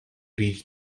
reach